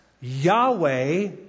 Yahweh